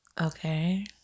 Okay